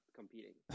competing